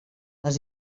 les